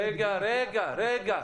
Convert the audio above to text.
החריג הייחודי הזה שאני מדברת עליו,